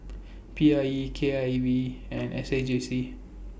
P I E K I V and S A J C